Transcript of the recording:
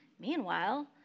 Meanwhile